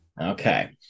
Okay